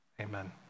Amen